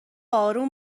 آروم